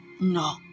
No